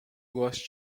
goste